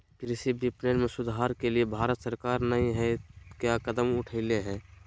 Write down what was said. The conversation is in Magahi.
कृषि विपणन में सुधार के लिए भारत सरकार नहीं क्या कदम उठैले हैय?